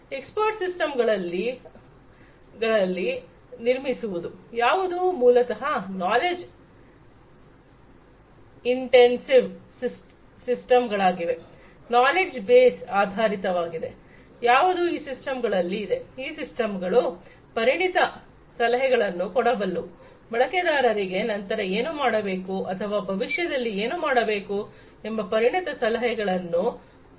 expert ಸಿಸ್ಟಂಗಳಲ್ಲಿ ಗಳನ್ನು ನಿರ್ಮಿಸುವುದು ಯಾವುದು ಮೂಲತಹ ನಾಲೆಡ್ಜ್ ಇಂಟೆನ್ಸಿವ್ ಸಿಸ್ಟಮ್ ಗಳಾಗಿವೆ ನಾಲೆಡ್ಜ್ ಬೇಸ್ ಆಧರಿತವಾಗಿದೆ ಯಾವುದು ಈ ಸಿಸ್ಟಮ್ ಗಳಲ್ಲಿ ಇದೆ ಈ ಸಿಸ್ಟಮ್ ಗಳು ಪರಿಣಿತ ಸಲಹೆಗಳನ್ನು ಕೊಡಬಲ್ಲವು ಬಳಕೆದಾರರಿಗೆ ನಂತರ ಏನು ಮಾಡಬೇಕು ಅಥವಾ ಭವಿಷ್ಯದಲ್ಲಿ ಏನು ಮಾಡಬೇಕು ಎಂಬ ಪರಿಣಿತ ಸಲಹೆಗಳನ್ನು ಕೊಡುತ್ತವೆ